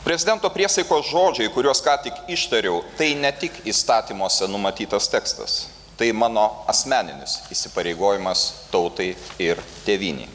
prezidento priesaikos žodžiai kuriuos ką tik ištariau tai ne tik įstatymuose numatytas tekstas tai mano asmeninis įsipareigojimas tautai ir tėvynei